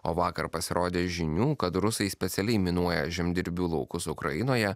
o vakar pasirodė žinių kad rusai specialiai minuoja žemdirbių laukus ukrainoje